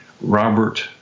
Robert